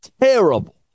terrible